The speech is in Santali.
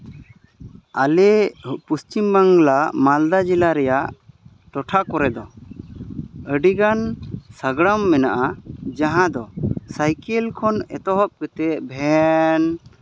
ᱟᱞᱮ ᱯᱚᱪᱷᱤᱢ ᱵᱟᱝᱞᱟ ᱢᱟᱞᱫᱟ ᱡᱮᱞᱟ ᱨᱮᱭᱟᱜ ᱴᱚᱴᱷᱟ ᱠᱚᱨᱮ ᱫᱚ ᱟᱹᱰᱤ ᱜᱟᱱ ᱥᱟᱸᱜᱽᱲᱟᱢ ᱢᱮᱱᱟᱜᱼᱟ ᱡᱟᱦᱟᱸ ᱫᱚ ᱥᱟᱭᱠᱮᱞ ᱠᱷᱚᱱ ᱮᱛᱚᱦᱚᱵ ᱠᱟᱛᱮᱫ ᱵᱷᱮᱱ